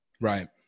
Right